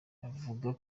avuga